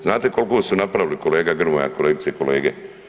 Znate kolko su napravili kolega Grmoja, kolegice i kolege?